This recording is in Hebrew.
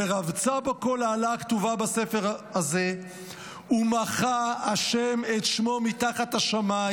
ורבצה בו כל הָאָלָה הכתובה בספר הזה ומחה ה' את שמו מתחת השמים".